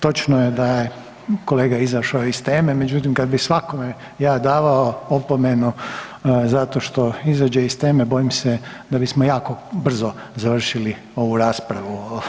Točno je da je kolega izašao iz teme, međutim kad bi svakome ja davao opomenu zato što izađe iz teme, bojim se da bismo jako brzo završili ovu raspravu.